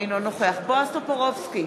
אינו נוכח בועז טופורובסקי,